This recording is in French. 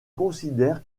considère